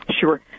Sure